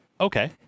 Okay